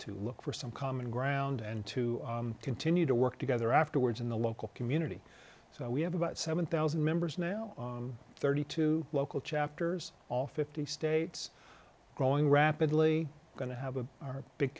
to look for some common ground and to continue to work together afterwards in the local community so we have about seven thousand dollars members now thirty two dollars local chapters all fifty states growing rapidly going to have a big